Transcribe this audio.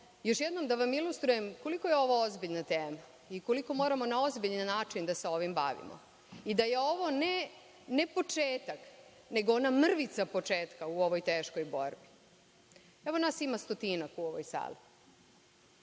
još jednom da vam ilustrujem koliko je ovo ozbiljna tema i koliko moramo na ozbiljan način da se ovim bavimo i da je ovo ne početak nego ona mrvica početka u ovoj teškoj borbi. Nas ima stotinak u ovoj sali.